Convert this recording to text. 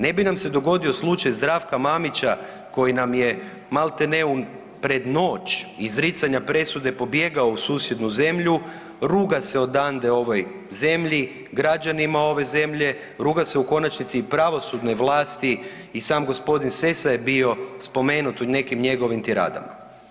Ne bi nam se dogodio slučaj Zdravka Mamića koji nam je malte ne pred noć izricanja presude pobjegao u susjednu zemlju, ruga se odande ovoj zemlji, građanima ove zemlje, ruga se u konačnici i pravosudnoj vlasti i sam gospodin Sessa je bio spomenut u nekim njegovim tiradama.